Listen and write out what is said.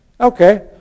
Okay